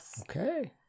Okay